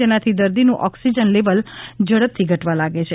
જેનાથી દર્દીનું oxygen level ઝડપથી ઘટવા લાગે છે